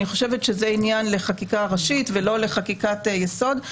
כי זה עניין לחקיקה ראשית ולא לחקיקת יסוד.